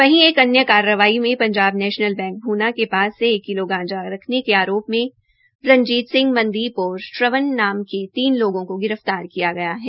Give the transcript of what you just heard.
वहीं एक अन्य कार्रवाई में पंजाब नेशनल बैंक भूना के पास से एक किलो गांजा रखने के आरोप में रंजीत सिंह मनदीप और श्रवण के नाम के तीन लोगों को गिरफ्तार किया गया है